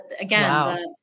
again